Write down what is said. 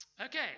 Okay